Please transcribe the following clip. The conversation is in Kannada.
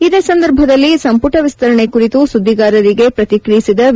ಇದೇ ಸಂದರ್ಭದಲ್ಲಿ ಸಂಪುಟ ವಿಸ್ತರಣೆ ಕುರಿತು ಸುದ್ದಿಗಾರರಿಗೆ ಪ್ರತಿಕ್ರಿಯಿಸಿದ ವಿ